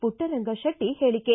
ಪುಟ್ಟರಂಗಶೆಟ್ಟಿ ಹೇಳಿಕೆ